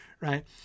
right